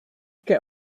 can